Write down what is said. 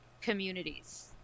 communities